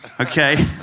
okay